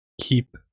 keep